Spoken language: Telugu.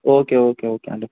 ఓకే ఓకే ఓకే అండి